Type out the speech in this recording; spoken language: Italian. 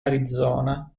arizona